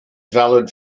valid